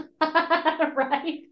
Right